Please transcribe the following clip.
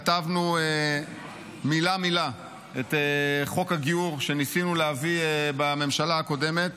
כתבנו מילה-מילה את חוק הגיור שניסינו להביא בממשלה הקודמת.